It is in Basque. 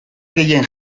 gehien